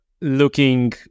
looking